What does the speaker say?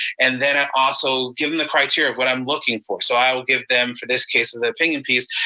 and then i also give them the criteria of what i'm looking for. so i will give them for this case with an opinion piece,